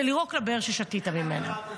פרקש, זה לירוק לבאר ששתית ממנה.